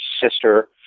sister